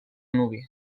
nuvi